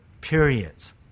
periods